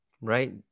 Right